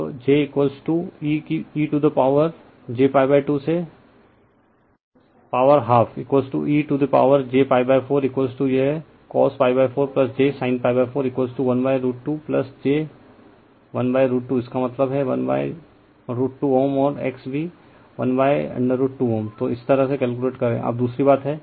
तो j e to power को j π2 से power half e to power j π4 यह cosπ4 j sin π4 1√2 j1√2 इसका मतलब है 1√2 Ω और X भी 1√2 Ω तो इस तरह से कैलकुलेट करें अब दूसरी बात है